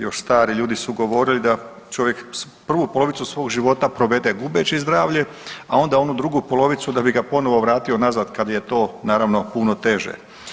Još stari ljudi su govorili da čovjek prvu polovicu svog života provede gubeći zdravlje, a onda onu drugu polovicu da bi ga ponovno vratio nazad kad je to naravno puno teže.